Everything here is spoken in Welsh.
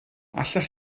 allech